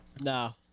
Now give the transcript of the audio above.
No